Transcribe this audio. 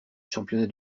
championnats